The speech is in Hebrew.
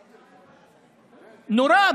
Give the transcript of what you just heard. נורה,